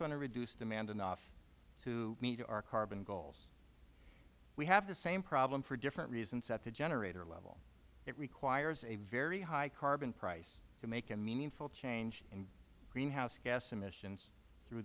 to reduce demand enough to meet our carbon goals we have the same problem for different reasons at the generator level it requires a very high carbon price to make a meaningful change in greenhouse gas emissions through